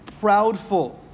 proudful